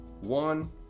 one